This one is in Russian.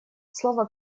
слово